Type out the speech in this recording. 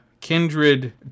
kindred